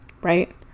right